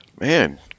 Man